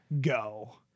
go